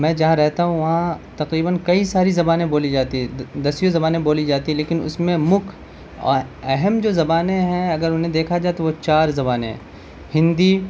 میں جہاں رہتا ہوں وہاں تقریباً کئی ساری زبانیں بولی جاتی ہیں دسیوں زبانیں بولی جاتی ہیں لیکن اس میں مکھ اور اہم جو زبانیں ہیں اگر انہیں دیکھا جائے تو وہ چار زبانیں ہیں ہندی